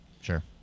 sure